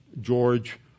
George